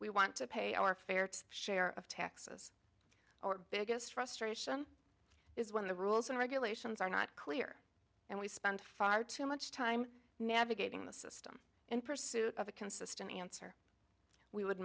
we want to pay our fair share of taxes or biggest frustration is when the rules and regulations are not clear and we spend far too much time navigating the system in pursuit of a consistent answer we would